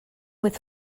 with